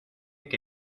que